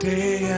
day